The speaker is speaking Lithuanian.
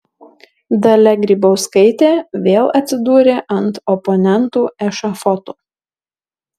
dalia grybauskaitė vėl atsidūrė ant oponentų ešafoto